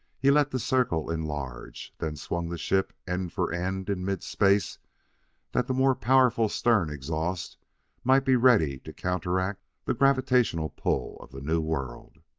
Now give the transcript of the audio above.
he let the circle enlarge, then swung the ship end for end in mid-space that the more powerful stern exhaust might be ready to counteract the gravitational pull of the new world.